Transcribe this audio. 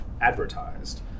advertised